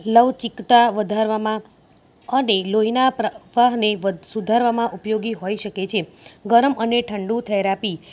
લવચીકતા વધારવામાં અને લોહીના પ્રવાહને સુધારવામાં ઉપયોગી હોઈ શકે છે ગરમ અને ઠંડુ થેરાપી